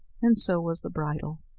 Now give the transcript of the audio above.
and so was the bridle.